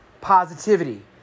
positivity